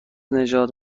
نژاد